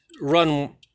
run